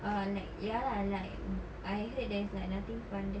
uh like ya lah like I heard there's like nothing fun there